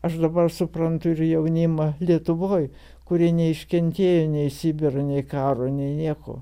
aš dabar suprantu ir jaunimą lietuvoj kurie neiškentėjo nei sibiro nei karo nei nieko